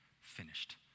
finished